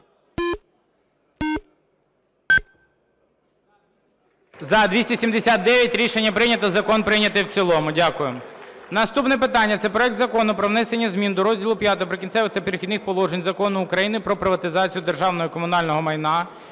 За-279 Рішення прийнято. Закон прийнятий в цілому. Дякую. Наступне питання – це проект Закону про внесення зміни до розділу V "Прикінцеві та перехідні положення" Закону України "Про приватизацію державного і комунального майна"